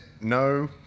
no